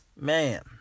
Man